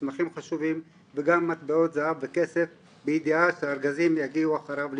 מסמכים חשובים וגם מטבעות זהב וכסף בידיעה שהארגזים יגיעו אחריו לישראל.